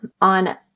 on